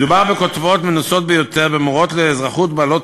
מדובר בכותבות מנוסות ביותר ומורות לאזרחות בעלות